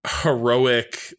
heroic